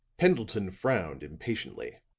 pendleton frowned impatiently.